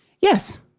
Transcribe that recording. Yes